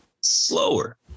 slower